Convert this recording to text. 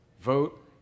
vote